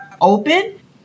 open